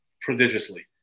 prodigiously